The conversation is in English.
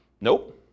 Nope